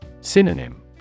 Synonym